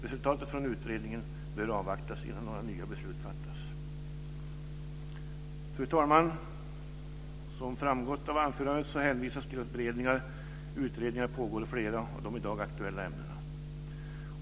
Resultatet från utredningen bör avvaktas innan några nya beslut fattas. Fru talman! Jag har i mitt anförande hänvisat till att beredning och utredning pågår i flera av de i dag aktuella ämnena.